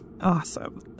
Awesome